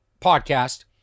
podcast